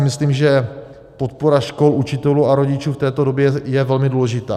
Myslím si, že podpora škol, učitelů a rodičů v této době je velmi důležitá.